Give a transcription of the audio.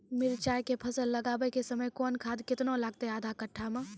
मिरचाय के फसल लगाबै के समय कौन खाद केतना लागतै आधा कट्ठा मे?